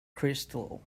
crystal